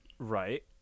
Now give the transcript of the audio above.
right